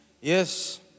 Yes